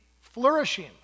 flourishing